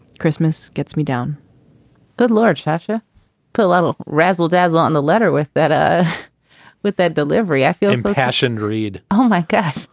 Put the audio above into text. christmas gets me down good lord, shasha put a little razzle dazzle on the letter with that. ah with that delivery, i feel and both cash and read. oh my god,